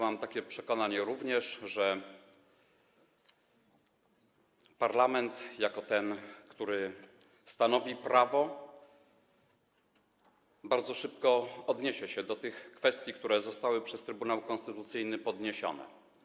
Mam takie przekonanie, że parlament, jako ten organ, który stanowi prawo, bardzo szybko odniesie się do tych kwestii, które zostały przez Trybunał Konstytucyjny podniesione.